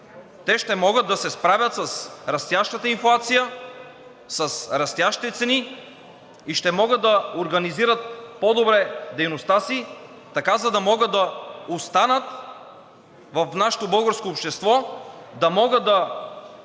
те ще могат да се справят с растящата инфлация, с растящите цени и ще могат да организират по-добре дейността си, така че да могат да останат в нашето българско общество, да могат да